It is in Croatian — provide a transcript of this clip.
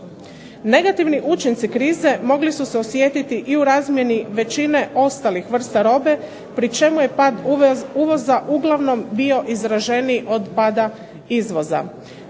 Negativni učinci krize mogli su se osjetiti i u razmjeni većine ostalih vrsta robe pri čemu je pad uvoza uglavnom bio izraženiji od pada izvoza.